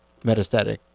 metastatic